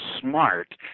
smart